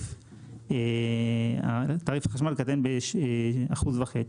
תעריף החשמל קטן ב-1.5%.